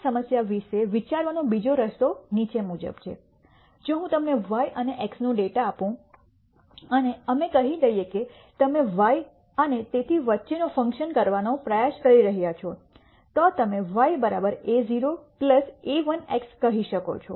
આ જ સમસ્યા વિશે વિચારવાનો બીજો રસ્તો નીચે મુજબ છે જો હું તમને y અને x નો ડેટા આપું અને અમને કહી દઈએ કે તમે y અને તેથી વચ્ચેનો ફંકશન કરવાનો પ્રયાસ કરી રહ્યા છો તો તમે y a₀ a₁ x કહી શકો છો